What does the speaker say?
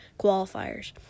qualifiers